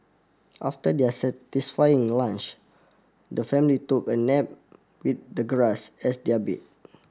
after their satisfying lunch the family took a nap with the grass as their bed